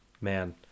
man